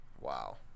wow